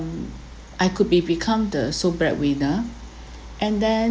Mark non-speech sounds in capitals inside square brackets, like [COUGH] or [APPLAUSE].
I could be become the sole breadwinner [BREATH] and then